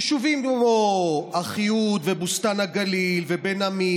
יישובים כמו אחיהוד ובוסתן הגליל ובן עמי